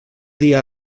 dia